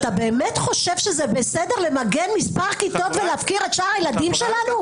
אתה באמת חושב שזה בסדר למגן מספר כיתות ולהפקיר את שאר הילדים שלנו?